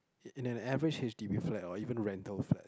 in an average H_D_B flat or even rental flat